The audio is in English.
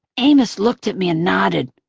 amos looked at me and nodded.